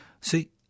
See